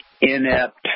inept